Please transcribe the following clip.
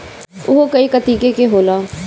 उअहू कई कतीके के होला